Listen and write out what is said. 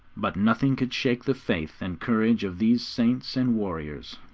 but nothing could shake the faith and courage of these saints and warriors.